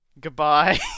Goodbye